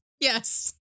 Yes